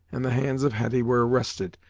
and the hands of hetty were arrested,